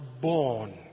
born